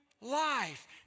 life